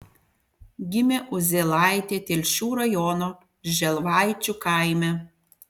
gimė uzėlaitė telšių rajono želvaičių kaime